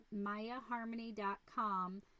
mayaharmony.com